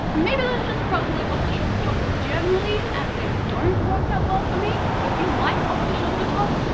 maybe it's just a problem with off the shoulder tops generally and they don't work that well for me. so if you like off the shoulder tops,